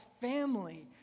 family